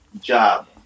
job